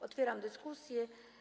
Otwieram dyskusję.